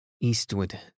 Eastward